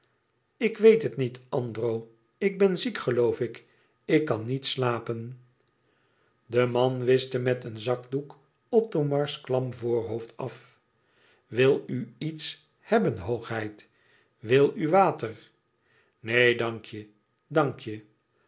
ik weet het niet andro ik ben ziek geloof ik ik kan niet slapen e man wischte met een zakdoek othomars klam voorhoofd af wil u iets hebben hoogheid wil u water neen dank je dank je